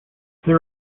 there